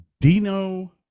Dino